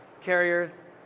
carriers